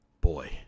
boy